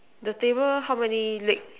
the table how many legs